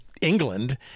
England